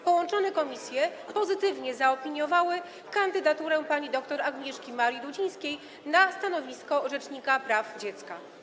Połączone komisje pozytywnie zaopiniowały kandydaturę pani dr Agnieszki Marii Dudzińskiej na stanowisko rzecznika praw dziecka.